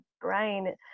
brain